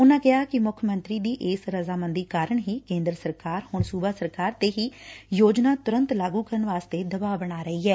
ਉਨੂਾ ਕਿਹਾ ਕਿ ਮੁੱਖ ਮੰਤਰੀ ਦੀ ਇਸ ਰਜ਼ਾਮੰਦੀ ਕਾਰਨ ਹੀ ਕੇ'ਦਰ ਸਰਕਾਰ ਹੁਣ ਸੂਬਾ ਸਰਕਾਰ ਤੇ ਹੀ ਯੋਜਨਾ ਤੁਰੰਤ ਲਾਗੂ ਕਰਨ ਵਾਸਤੇ ਦਬਾਅ ਬਣਾ ਰਹੀ ਐ